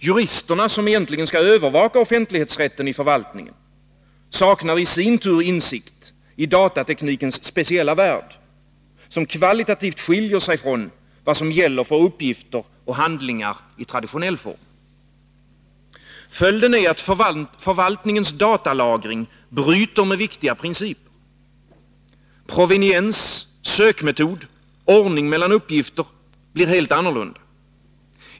Juristerna, som egentligen skall övervaka offentlighetsrätten i förvaltningen, saknar i sin tur insikter i datateknikens speciella värld, som kvalitativt skiljer sig från vad som gäller för uppgifter och handlingar i traditionell form. Följden är att förvaltningens datalagring bryter med viktiga principer. Proveniens, sökmetod och ordning mellan uppgifter blir helt annorlunda.